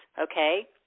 okay